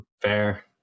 Fair